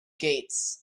gates